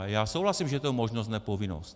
Já souhlasím, že je to možnost, ne povinnost.